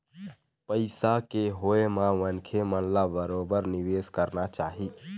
पइसा के होय म मनखे मन ल बरोबर निवेश करना चाही